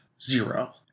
Zero